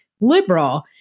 liberal